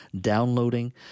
downloading